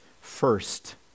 First